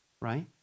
right